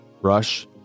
brush